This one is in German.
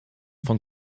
von